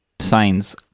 signs